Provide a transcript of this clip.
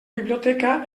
biblioteca